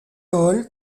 hall